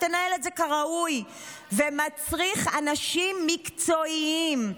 שתנהל את זה כראוי ומצריך אנשים מקצועיים.